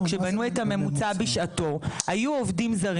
כשבנו את הממוצע בשעתו היו עובדים זרים